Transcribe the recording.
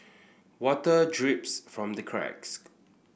water drips from the cracks